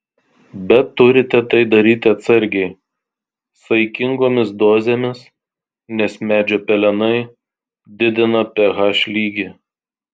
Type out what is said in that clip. bet turite tai daryti atsargiai saikingomis dozėmis nes medžio pelenai didina ph lygį